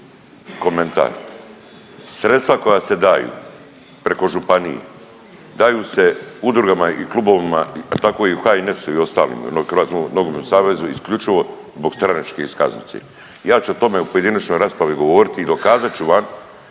komentar. Sredstva koja se daju preko županije daju se udrugama i klubovima, tako i u HNS-u i ostalima, u jednom HNS isključivo zbog stranačke iskaznice. Ja ću o tome u pojedinačnoj raspravi govoriti i dokazat ću vam